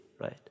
right